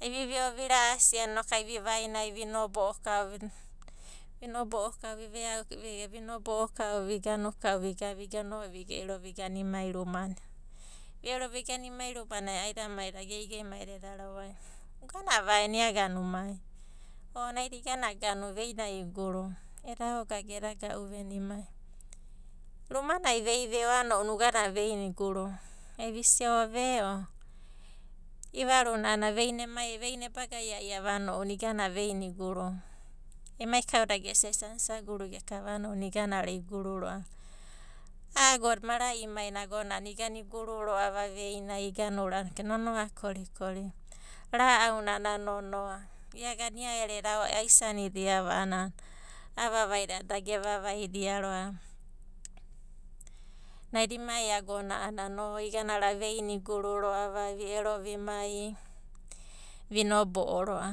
Ai vive'o vira'asi a'ana inoku ai vivainai, vi nobo'o kao viveau, vi vigavigano, vi'ero vigana emai rumana. Vi ero vigana ema rumana aidamaida geigeimai da eda rauia. Uganava aena iagana umai va? O naida iganava veinai iguruva. Eda aogaga eda ga'uveni mai. Rumanai vei ve'o a'ana ounanai uganava veinai uguruva. Ai visia o ve'o i'ivaru a'ana veina emai ebagaiaiava a'ana ounannai iganava veinai uguruva. Emai kauda gesiava isaga isa guru a'ana ounanai iganaro'a iguru ro'ava. A'a agonai, mara'imaina agonanai iga iguru ro'ava veinai eka nonoa korikori, ra'aunana nonoa. Ia agana ia ereda aisinidiava a'ana a'a vavaida a'adada da gevavaida roava. Naida emai agonai a'ana iganaro'a veinai iguru ro'ava vi ero vimai vinabo'o ro'a.